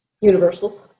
universal